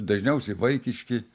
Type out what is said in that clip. dažniausiai vaikiški